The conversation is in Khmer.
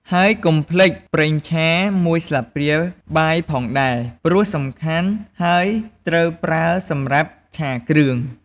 ហើយកុំភ្លេច! ប្រេងឆា ១ ស្លាបព្រាបាយផងដែរ ព្រោះសំខាន់ ហើយត្រូវប្រើសម្រាប់ឆាគ្រឿង។